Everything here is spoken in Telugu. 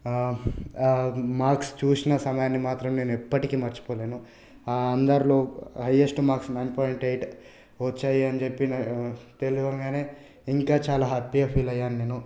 మార్క్స్ చూసిన సమయాన్ని మాత్రం నేను ఎప్పటికీ మర్చిపోలేను అందరిలో highest marks nine point eight వచ్చాయి అని చెప్పి తెలియగానే ఇంకా చాలా హ్యాపీగా ఫీల్ అయ్యాను నేను